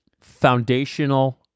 foundational